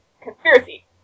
conspiracy